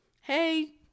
Hey